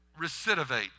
recidivate